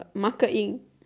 marker in